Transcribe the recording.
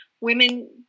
women